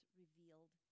revealed